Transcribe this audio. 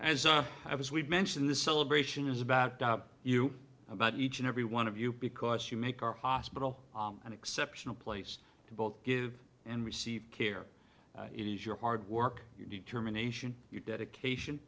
as i was we've mentioned the celebration is about you about each and every one of you because you make our hospital an exceptional place to both give and receive care it is your hard work you determine ation your dedication